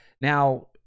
now